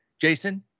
jason